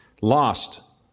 lost